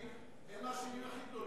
כל מה שהציע, שום הצעה לא שמענו מן הצד השני.